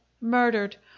murdered